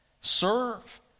Serve